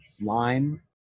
line